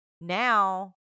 now